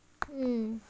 mm